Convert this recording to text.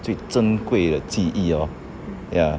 最珍贵的记忆 orh